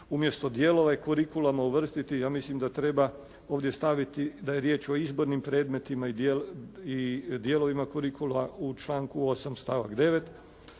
umjesto dijelova kurikuluma uvrstiti, ja mislim da treba ovdje staviti da je riječ o izbornim predmetima i dijelovima kurikula u članku 8. stavak 9.